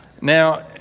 Now